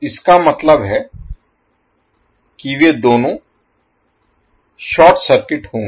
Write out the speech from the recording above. इसका मतलब है कि वे दोनों शॉर्ट सर्किट होंगे